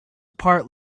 part